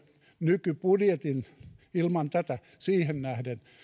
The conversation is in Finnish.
nykybudjettiin nähden ilman tätä